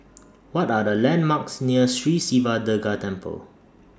What Are The landmarks near Sri Siva Durga Temple